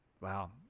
Wow